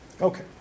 Okay